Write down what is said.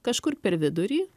kažkur per vidurį